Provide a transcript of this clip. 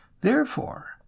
Therefore